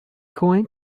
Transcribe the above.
going